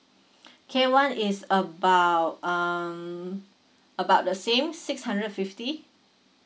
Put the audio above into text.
K one is about um about the same six hundred fifty